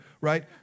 right